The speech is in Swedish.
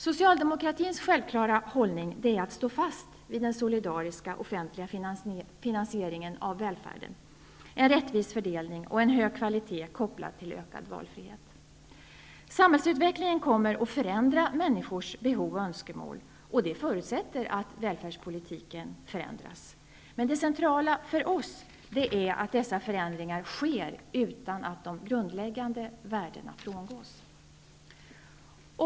Socialdemokratins självklara hållning är att stå fast vid den solidariska offentliga finansieringen av välfärden, en rättvis fördelning och en hög kvalitet kopplad till ökad valfrihet. Samhällsutvecklingen kommer att förändra människors behov och önskemål, och det förutsätter att välfärdspolitiken förändras. Det centrala för oss är att dessa förändringar sker utan att grundläggande värden frångås.